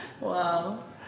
Wow